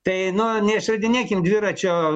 tai nu neišradinėkim dviračio